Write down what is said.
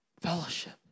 fellowship